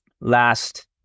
last